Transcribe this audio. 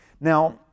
Now